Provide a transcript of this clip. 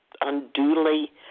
unduly